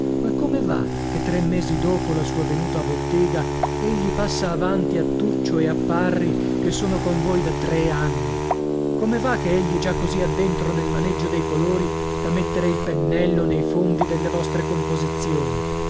ma come va che tre mesi dopo la sua venuta a bottega egli passa avanti a tuccio e a parri che sono con voi da tre anni come va che egli è già così addentro nel maneggio dei colori da mettere il pennello nei fondi delle vostre composizioni